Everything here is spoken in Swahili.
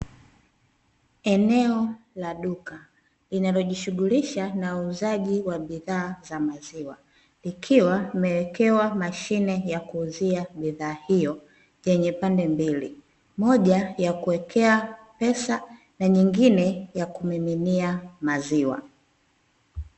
Eneo la duka, linalojishughulisha na uuzaji wa bidhaa za maziwa, likiwa limewekewa mashine ya kuuzia bidhaa hiyo, yenye pande mbili; moja ya kuwekea pesa na nyingine ya kumiminia maziwa.